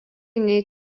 nei